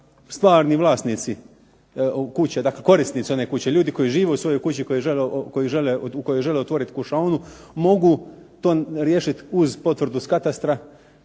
stvarni vlasnici kuće, dakle korisnici one kuće, ljudi koji žive u svojoj kući u kojoj žele otvoriti kušaonu mogu to riješiti uz potvrdu sa katastra.